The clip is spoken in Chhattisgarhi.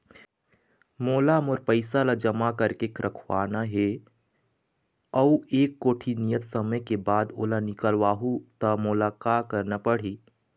मोला मोर पैसा ला जमा करके रखवाना हे अऊ एक कोठी नियत समय के बाद ओला निकलवा हु ता मोला का करना पड़ही?